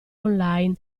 online